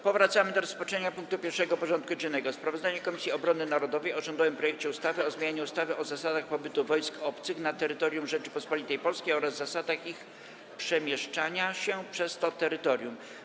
Powracamy do rozpatrzenia punktu 1. porządku dziennego: Sprawozdanie Komisji Obrony Narodowej o rządowym projekcie ustawy o zmianie ustawy o zasadach pobytu wojsk obcych na terytorium Rzeczypospolitej Polskiej oraz zasadach ich przemieszczania się przez to terytorium.